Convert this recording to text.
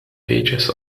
pages